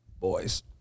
Boys